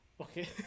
Okay